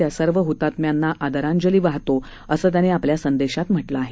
त्या सर्व हुतात्म्यांना आदरांजली वाहतो असं त्यांनी आपल्या संदेशात म्हटलं आहे